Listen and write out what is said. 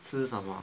吃什么